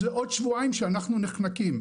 אז זה עוד שבועיים שאנחנו נחנקים.